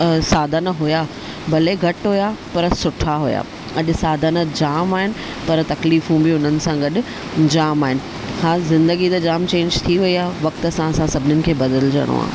साधन हुआ भले घटि हुआ पर सुठा हुआ अॼु साधन जाम आहिनि पर तकलीफ़ूं बि हुननि सां गॾु जाम आहिनि ख़ासि ज़िंदंगीअ जा जाम चेंज थी वई आहे वक़्त सां असां सभिनीनि खे बदिलजणो आहे